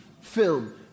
film